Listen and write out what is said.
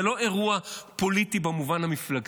זה לא אירוע פוליטי במובן המפלגתי,